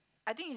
I think is